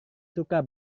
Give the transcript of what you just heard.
suka